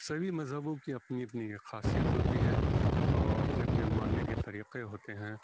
سبھی مذہبوں کی اپنی اپنی ایک خاصیت ہوتی ہے اور اپنے اپنے ماننے کے طریقے ہوتے ہیں